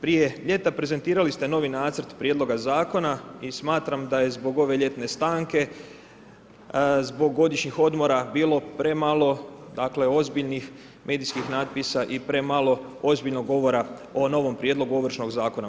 Prije ljeta prezentirali ste novi nacrt Prijedloga Zakona i smatram da je zbog ove ljetne stanke, zbog godišnjih odmora bilo premalo dakle ozbiljnih medijskih natpisa i premalo ozbiljnog govora o novom Prijedlogu Ovršnog zakona.